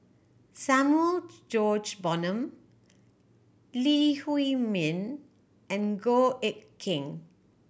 Samuel George Bonham Lee Huei Min and Goh Eck Kheng